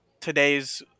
today's